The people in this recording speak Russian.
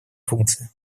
функции